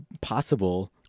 possible